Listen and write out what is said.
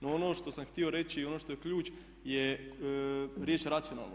No, ono što sam htio reći i ono što je ključ je riječ racionalno.